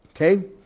Okay